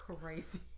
crazy